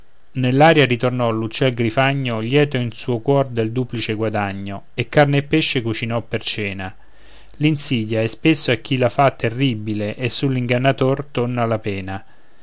legacciolo nell'aria ritornò l'uccel grifagno lieto in suo cor del duplice guadagno e carne e pesce cucinò per cena l'insidia è spesso a chi la fa terribile e sull'ingannator torna la pena